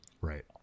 right